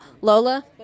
Lola